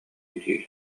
дии